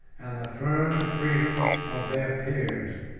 and the firm freedom of their peers.